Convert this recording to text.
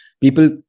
people